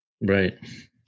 right